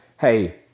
hey